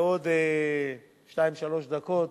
בעוד שתיים-שלוש דקות,